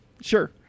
sure